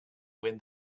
when